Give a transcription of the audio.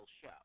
show